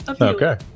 Okay